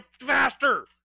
faster